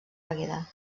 àgueda